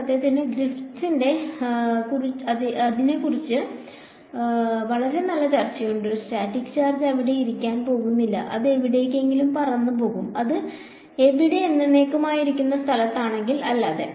സത്യത്തിൽ ഗ്രിഫിത്ത്സിന് അതിനെക്കുറിച്ച് വളരെ നല്ല ചർച്ചയുണ്ട് ഒരു സ്റ്റാറ്റിക് ചാർജ് അവിടെ ഇരിക്കാൻ പോകുന്നില്ല അത് എവിടേക്കെങ്കിലും പറന്നു പോകും അത് അവിടെ എന്നെന്നേക്കുമായി ഇരിക്കുന്ന സ്ഥലത്താണെങ്കിൽ അല്ലാതെ